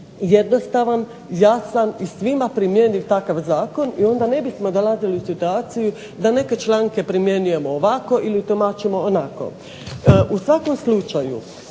jednostavan, jasan i svima primjenjiv takav zakon i onda ne bismo dolazili u situaciju da neke članke primjenjujemo ovako ili tumačimo onako. U svakom slučaju